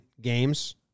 games